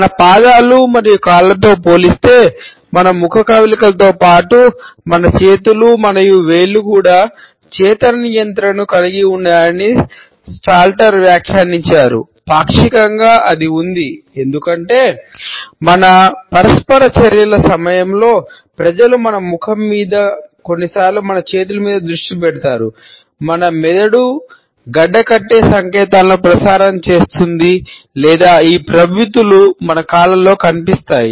మన పాదాలు మరియు కాళ్ళతో పోల్చితే మన ముఖ కవళికలతో పాటు మన చేతులు మరియు వేళ్లు కూడా మంచి చేతన మన కాళ్ళలో కనిపిస్తాయి